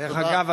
דרך אגב,